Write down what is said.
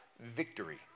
victory